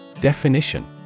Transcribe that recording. Definition